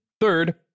Third